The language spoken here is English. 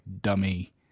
dummy